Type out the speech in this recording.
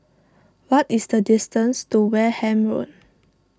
what is the distance to Wareham Road